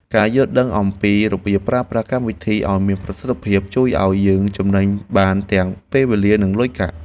ការយល់ដឹងអំពីរបៀបប្រើប្រាស់កម្មវិធីឱ្យមានប្រសិទ្ធភាព ជួយឱ្យយើងចំណេញបានទាំងពេលវេលានិងលុយកាក់។